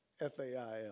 F-A-I-L